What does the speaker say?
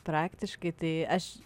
praktiškai tai aš